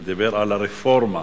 הוא דיבר על הרפורמה.